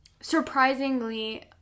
surprisingly